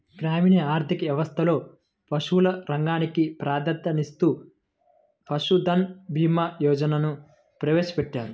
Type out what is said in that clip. గ్రామీణ ఆర్థిక వ్యవస్థలో పశువుల రంగానికి ప్రాధాన్యతనిస్తూ పశుధన్ భీమా యోజనను ప్రవేశపెట్టారు